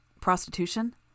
Prostitution